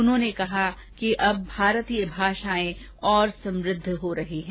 उन्होंने कहा कि अब भारतीय भाषाएं और समृद्ध हो रही है